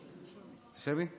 שמי, שמי?